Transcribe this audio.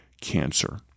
cancer